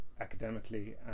academically